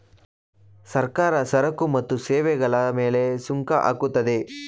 ಸರ್ಕಾರ ಸರಕು ಮತ್ತು ಸೇವೆಗಳ ಮೇಲೆ ಸುಂಕ ಹಾಕುತ್ತದೆ